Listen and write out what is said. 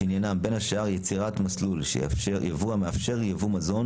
שעניינם בין השאר יצירת מסלול יבוא המאפשר ייבוא מזון